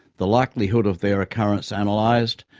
the likelihood of their occurrence analyzed,